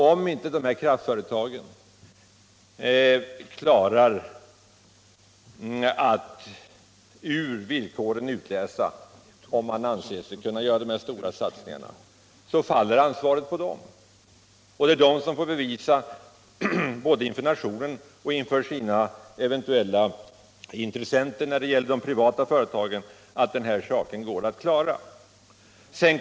Om inte dessa kraft Om den framtida företag klarar att ur villkoren utläsa om de kan göra dessa stora satsningar, = sysselsättningen för faller ansvaret på dem. De får bevisa inför nationen och, när det gäller — anställda vid de privata företagen, inför sina eventuella intressenter att denna sak går = kärnkraftsbyggen, att klara eller icke.